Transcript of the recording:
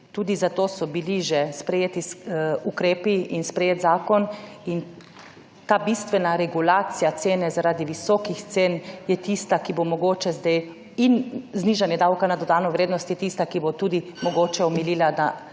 tudi zato so bili že sprejeti ukrepi in sprejet zakon in ta bistvena regulacija cene zaradi visokih cen je tista, ki bo mogoče zdaj in znižanje davka na dodano vrednost je tista, ki bo tudi mogoče omilila